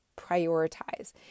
prioritize